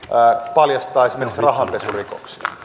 paljastaa esimerkiksi rahanpesurikoksia